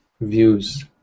views